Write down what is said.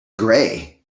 gray